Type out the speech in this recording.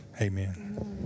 Amen